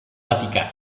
vaticà